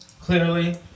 Clearly